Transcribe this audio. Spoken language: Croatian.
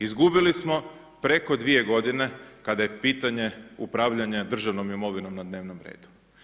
Izgubili smo preko 2 godine kada je pitanje upravljanja državnom imovinom na dnevnom redu.